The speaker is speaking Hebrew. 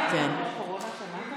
הרווחה והבריאות